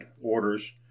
orders